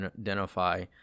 identify